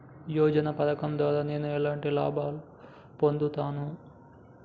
యోజన పథకం ద్వారా నేను ఎలాంటి లాభాలు పొందుతాను?